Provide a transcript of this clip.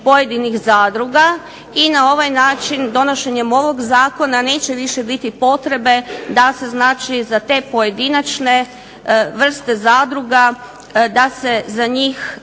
pojedinih zadruga i na ovaj način donošenjem ovog zakona neće više biti potrebe da se za te pojedinačne vrste zadruga da se za njih